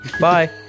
Bye